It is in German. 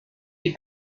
die